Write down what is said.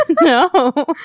no